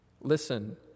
Listen